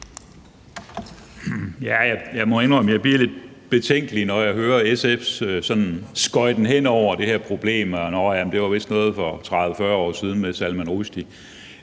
jeg bliver lidt betænkelig, når jeg hører SF's sådan skøjten hen over det her problem med et: Nå, ja, det var vist noget for 30-40 år siden med Salman Rushdie.